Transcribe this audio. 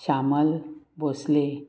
Shyamal Bhonsle